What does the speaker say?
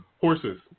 horses